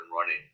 running